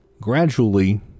gradually